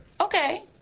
Okay